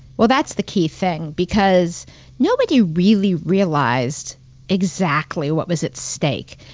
well, that's the key thing, because nobody really realized exactly what was at stake.